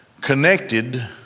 connected